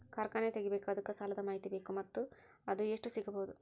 ಕಾರ್ಖಾನೆ ತಗಿಬೇಕು ಅದಕ್ಕ ಸಾಲಾದ ಮಾಹಿತಿ ಬೇಕು ಮತ್ತ ಅದು ಎಷ್ಟು ಸಿಗಬಹುದು?